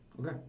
Okay